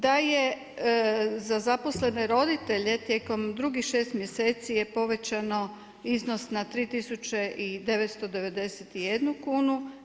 Da je za zaposlene roditelje tijekom drugih 6 mjeseci je povećano iznos na 3.991 kunu.